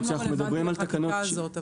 זה גם לא רלוונטי לחקיקה הזאת.